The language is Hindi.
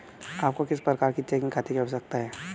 आपको किस प्रकार के चेकिंग खाते की आवश्यकता है?